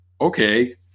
okay